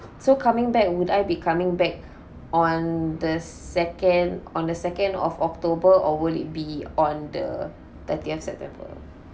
so coming back would I be coming back on the second on the second of october or would it be on the thirtieth september